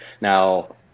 Now